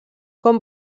com